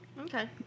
Okay